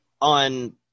on